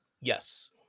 Yes